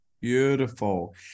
Beautiful